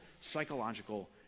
psychological